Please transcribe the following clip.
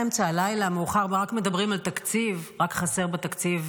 רק מדברים על תקציב, רק חסר בתקציב,